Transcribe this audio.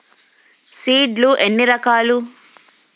Seed లు ఎన్ని రకాలు?